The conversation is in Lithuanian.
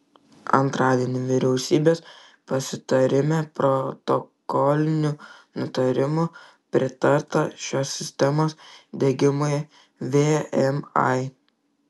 antradienį vyriausybės pasitarime protokoliniu nutarimu pritarta šios sistemos diegimui vmi